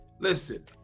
Listen